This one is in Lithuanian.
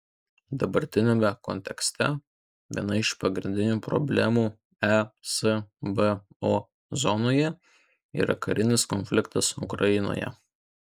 dabartiniame kontekste viena iš pagrindinių problemų esbo zonoje yra karinis konfliktas ukrainoje